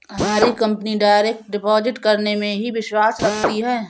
हमारी company direct deposit करने में ही विश्वास रखती है